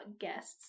guests